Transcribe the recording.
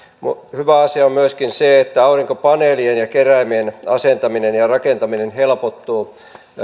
hyvä asia on myöskin se että aurinkopaneelien ja keräimien asentaminen ja rakentaminen helpottuu